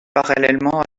parallèlement